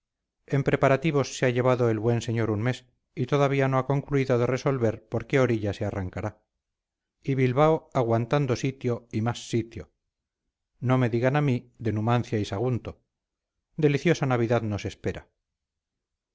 en preparativos se ha llevado el buen señor un mes y todavía no ha concluido de resolver por qué orilla se arrancará y bilbao aguantando sitio y más sitio no me digan a mí de numancia y sagunto deliciosa navidad nos espera